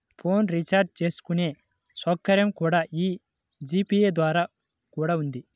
phone recharge చేసుకునే సౌకర్యం కూడా యీ జీ పే ద్వారా కూడా ఉంది